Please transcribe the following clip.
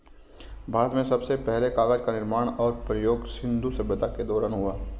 भारत में सबसे पहले कागज़ का निर्माण और प्रयोग सिन्धु सभ्यता के दौरान हुआ